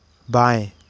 बाएँ